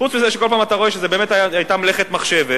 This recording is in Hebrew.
חוץ מזה שאתה כל פעם רואה שזו היתה מלאכת מחשבת,